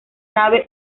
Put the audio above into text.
nave